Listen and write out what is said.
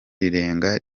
rirenga